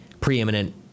preeminent